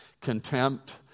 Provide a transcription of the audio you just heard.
contempt